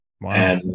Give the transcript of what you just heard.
Wow